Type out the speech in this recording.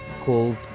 called